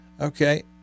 Okay